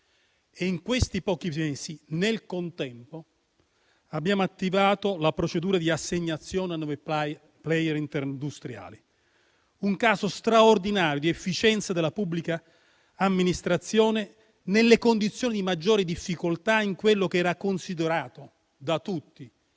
In questi pochi mesi, nel contempo, abbiamo attivato la procedura di assegnazione a nove *player* industriali. Un caso straordinario di efficienza della pubblica amministrazione nelle condizioni di maggiori difficoltà in quello che era considerato da tutti